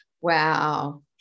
Wow